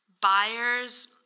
buyers